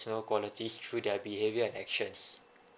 qualities through their behaviour and actions